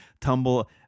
tumble